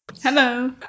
Hello